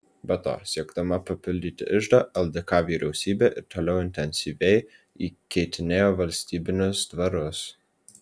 be to siekdama papildyti iždą ldk vyriausybė ir toliau intensyviai įkeitinėjo valstybinius dvarus